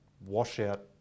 washout